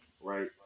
right